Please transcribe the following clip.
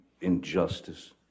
injustice